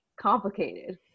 complicated